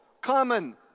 common